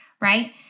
right